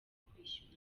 kwishyura